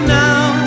now